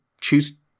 choose